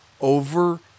over